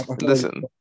listen